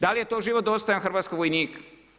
Da li je to život dostojan hrvatskog vojnika.